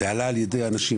זה עלה על ידי אנשים,